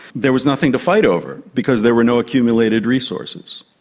there was nothing to fight over because there were no accumulated resources.